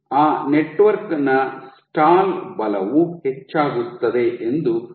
ಆ ನೆಟ್ವರ್ಕ್ ನ ಸ್ಟಾಲ್ ಬಲವು ಹೆಚ್ಚಾಗುತ್ತದೆ ಎಂದು ನಿರೀಕ್ಷಿಸಲಾಗಿದೆ